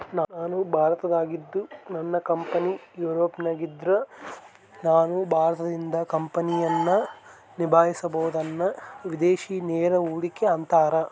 ನಾನು ಭಾರತದಾಗಿದ್ದು ನನ್ನ ಕಂಪನಿ ಯೂರೋಪ್ನಗಿದ್ದ್ರ ನಾನು ಭಾರತದಿಂದ ಕಂಪನಿಯನ್ನ ನಿಭಾಹಿಸಬೊದನ್ನ ವಿದೇಶಿ ನೇರ ಹೂಡಿಕೆ ಅಂತಾರ